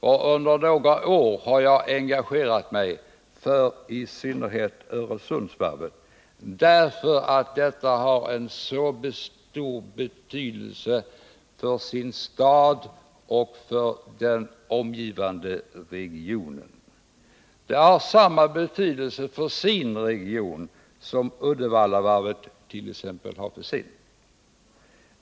Jag har nu några år varit engagerad i främst Öresundsvarvet, därför att detta har så stor betydelse för staden Landskrona och för den omgivande regionen. Varvet har samma betydelse för sin region som t.ex. Uddevallavarvet har för sin.